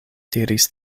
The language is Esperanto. diris